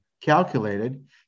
calculated